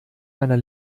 meiner